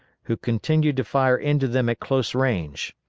who continued to fire into them at close range.